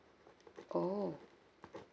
oh